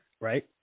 right